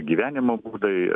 gyvenimo būdai